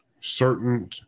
certain